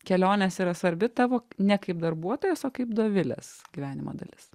kelionės yra svarbi tavo ne kaip darbuotojos o kaip dovilės gyvenimo dalis